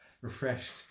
refreshed